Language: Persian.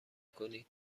کنید